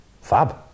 Fab